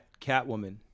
Catwoman